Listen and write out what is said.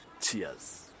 cheers